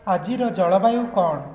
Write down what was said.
ଆଜିର ଜଳବାୟୁ କ'ଣ